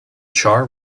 char